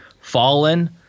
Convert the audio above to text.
fallen